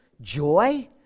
joy